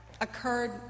occurred